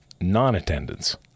non-attendance